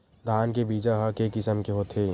धान के बीजा ह के किसम के होथे?